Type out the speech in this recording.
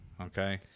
Okay